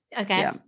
Okay